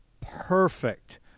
perfect